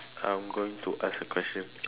I'm going to ask a question